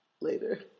Later